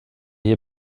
hier